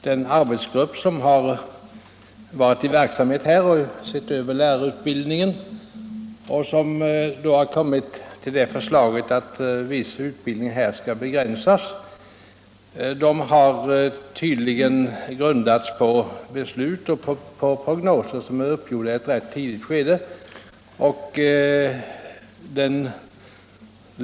Den arbetsgrupp som har sett över lärarutbildningen och föreslagit en viss begränsning av denna har tydligen grundat sitt förslag på prognoser som är uppgjorda i ett rätt tidigt skede.